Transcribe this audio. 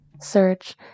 Search